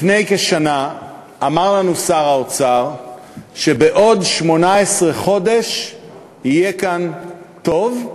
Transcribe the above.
לפני כשנה אמר לנו שר האוצר שבעוד 18 חודש יהיה כאן טוב,